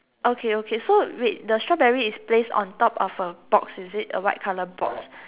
okay okay so wait the strawberry is placed on top of a box is it a white colour box